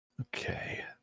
Okay